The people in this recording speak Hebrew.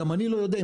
וגם אני לא יודע,